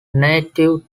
native